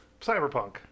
Cyberpunk